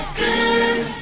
good